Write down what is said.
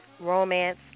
Romance